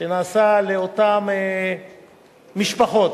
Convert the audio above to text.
שנעשה לאותן משפחות,